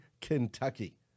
Kentucky